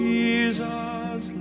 Jesus